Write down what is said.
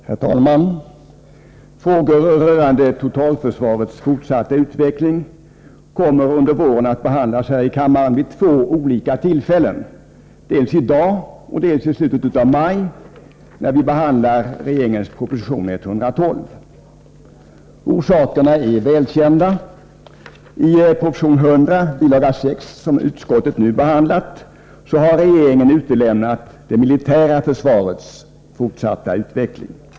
Herr talman! Frågorna rörande totalförsvarets fortsatta utveckling kommer under våren att behandlas här i kammaren vid två olika tillfällen, dels i dag, dels i slutet av maj, när vi behandlar regeringens proposition 112. Orsakerna är välkända. I proposition 100 bil. 6, som utskottet nu behandlat, har regeringen utelämnat det militära försvarets fortsatta utveckling.